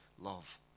love